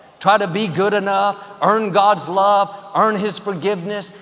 try to be good enough, earn god's love, earn his forgiveness.